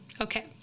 okay